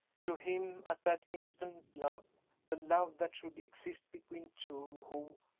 to him at that instant love the love that should exist between two who,